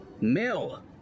Mill